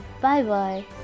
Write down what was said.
Bye-bye